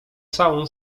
całą